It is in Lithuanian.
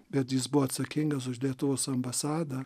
bet jis buvo atsakingas už lietuvos ambasadą